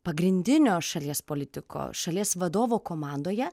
pagrindinio šalies politiko šalies vadovo komandoje